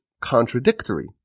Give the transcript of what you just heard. contradictory